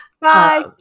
Bye